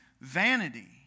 vanity